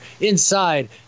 inside